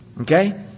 Okay